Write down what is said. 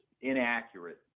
inaccurate